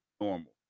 normal